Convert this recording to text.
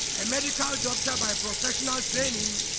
and medical doctor by professional training